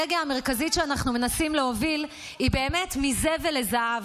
האסטרטגיה המרכזית שאנחנו מנסים להוביל היא באמת מזבל לזהב,